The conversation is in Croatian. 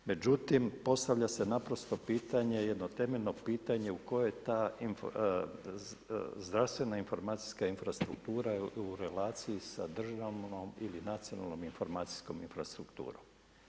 Međutim, postavlja se pitanje, jedno temeljno pitanje u kojoj ta zdravstvena informacijska infrastruktura je u relaciji sa državnom ili nacionalnom informacijskom infrastrukturom.